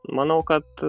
manau kad